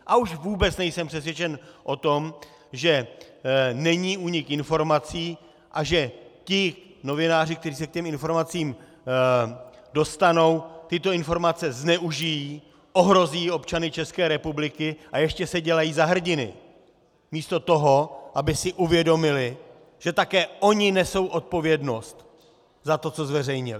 A už vůbec nejsem přesvědčen o tom, že není únik informací a že ti novináři, kteří se k těm informacím dostanou, tyto informace zneužijí, ohrozí občany České republiky a ještě se dělají za hrdiny místo toho, aby si uvědomili, že také oni nesou odpovědnost za to, co zveřejnili.